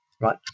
right